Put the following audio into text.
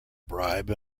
bribe